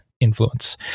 influence